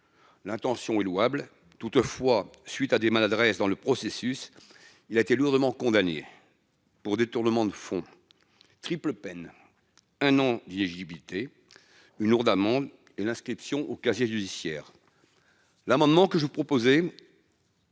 L'intention est louable. Toutefois, suite à des maladresses dans le processus. Il a été lourdement condamné. Pour détournement de fonds. Triple peine un non dit éligibilité. Une lourde amende et l'inscription au casier judiciaire. L'amendement que je proposais.